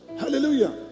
hallelujah